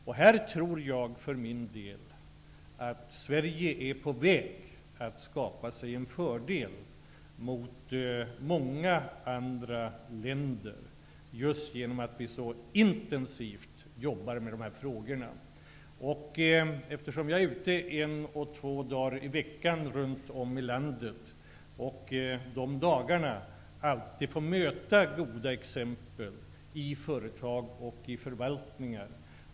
Jag tror för min del att Sverige här är på väg att skapa sig en fördel framför många andra länder just genom att vi jobbar så intensivt med de här frågorna. Jag är ute i landet och reser en eller två dagar i veckan och får då alltid möta goda exempel på detta i företag och förvalningar.